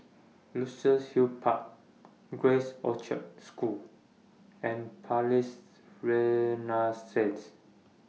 Luxus Hill Park Grace Orchard School and Palais Renaissance